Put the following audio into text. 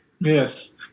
Yes